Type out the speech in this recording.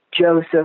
Joseph